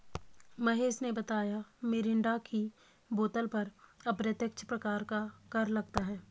महेश ने बताया मिरिंडा की बोतल पर अप्रत्यक्ष प्रकार का कर लगता है